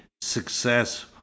success